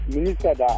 Minister